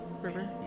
river